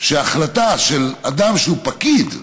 שהחלטה של אדם שהוא פקיד,